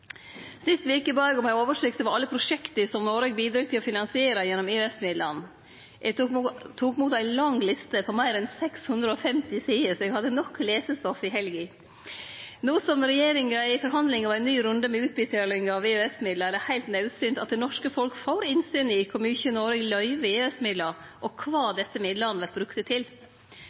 Sist veke bad eg om ei oversikt over alle prosjekta som Noreg bidreg til å finansiere gjennom EØS-midlane. Eg tok imot ei lang liste på meir enn 650 sider, så eg hadde nok lesestoff i helga. No som regjeringa er i forhandlingar om ein ny runde med utbetalingar av EØS-midlar, er det heilt naudsynt at det norske folk får innsyn i kor mykje Noreg løyver i EØS-midlar, og kva desse midlane vert brukte til.